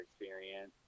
experience